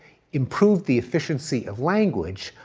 improve the efficiency of language,